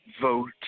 vote